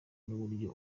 n’uburyo